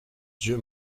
dieu